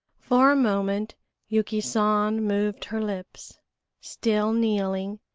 for a moment yuki san moved her lips still kneeling,